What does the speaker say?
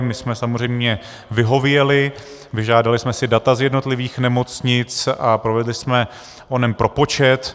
My jsme samozřejmě vyhověli, vyžádali jsme si data z jednotlivých nemocnic a provedli jsme onen propočet.